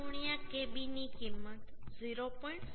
5 kb ની કિંમત 0